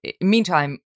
meantime